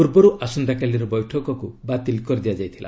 ପୂର୍ବରୁ ଆସନ୍ତାକାଲିର ବୈଠକକୁ ବାତିଲ କରାଯାଇଥିଲା